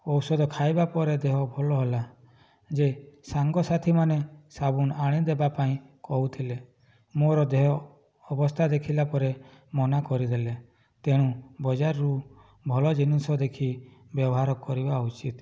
ଔଷଧ ଖାଇବା ପରେ ଦେହ ଭଲ ହେଲା ଯେ ସାଙ୍ଗସାଥିମାନେ ସାବୁନ୍ ଆଣିଦେବା ପାଇଁ କହୁଥିଲେ ମୋର ଦେହ ଅବସ୍ତା ଦେଖିଲା ପରେ ମନା କରିଦେଲେ ତେଣୁ ବଜାରରୁ ଭଲ ଜିନିଷ ଦେଖି ବ୍ୟବହାର କରିବା ଉଚିତ୍